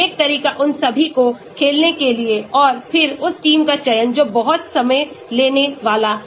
एक तरीका उन सभी को खेलने के लिए और फिर उस टीम का चयन जो बहुत समय लेने वाला है